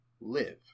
live